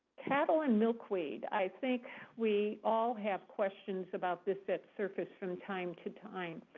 cattle and milkweed. i think we all have questions about this that surface from time to time.